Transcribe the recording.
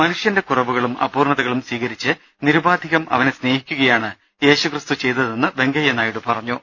മനുഷ്യന്റെ കുറവുകളും അപൂർണതകളും സ്വീകരിച്ച് നിരുപാധികം അവനെ സ്നേഹിക്കുകയാണ് യേശുക്രിസ്തു ചെയ്തതെന്ന് വെങ്കയ്യ നായിഡു പറഞ്ഞു